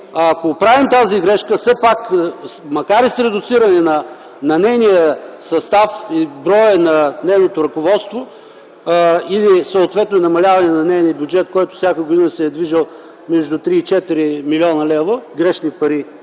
Ако оправим тази грешка все пак, макар и с редуциране на нейния състав и броя на нейното ръководство или съответно намаляване на нейния бюджет, който всяка година се е движил между 3 и 4 милиона лева, грешни пари